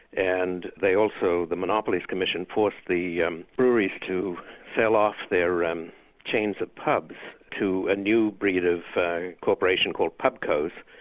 and they also, the monopolies commission, forced the um breweries to sell off their um chains of pubs to a new breed of corporation called pubcos,